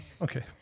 Okay